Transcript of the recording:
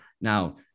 Now